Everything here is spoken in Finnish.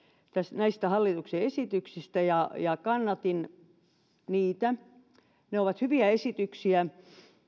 näistä hallituksen esityksistä ja ja kannatin niitä ne ovat hyviä esityksiä